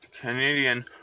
Canadian